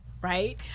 right